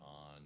on